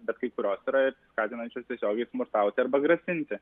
bet kai kurios yra ir skatinančios tiesiogiai smurtauti arba grasinti